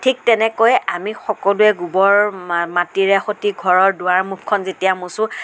ঠিক তেনেকৈ আমি সমলোৱে গোবৰ মাটিৰেহতি ঘৰৰ দুৱাৰ মুখখন যেতিয়া মোচোঁ